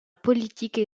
politique